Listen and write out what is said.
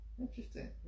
interesting